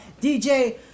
DJ